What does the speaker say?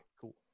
cool